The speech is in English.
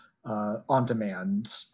on-demand